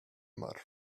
much